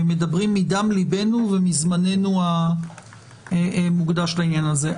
אנחנו מדברים מדם ליבנו ומזמננו המוקדש לעניין הזה.